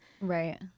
Right